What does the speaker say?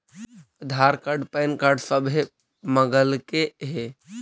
आधार card PAN card सभे मगलके हे?